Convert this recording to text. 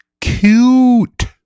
cute